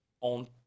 on